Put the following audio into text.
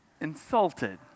insulted